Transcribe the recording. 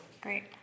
great